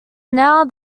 now